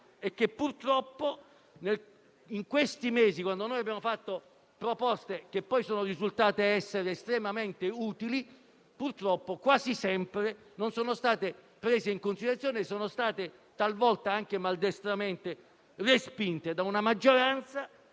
è che in questi mesi, quando abbiamo avanzato proposte che poi sono risultate essere estremamente utili, purtroppo quasi mai sono state prese in considerazione, e talvolta sono state anche maldestramente respinte da una maggioranza